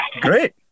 great